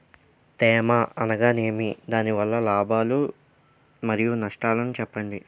తేమ అనగానేమి? దాని వల్ల లాభాలు మరియు నష్టాలను చెప్పండి?